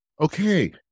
Okay